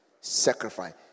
Sacrifice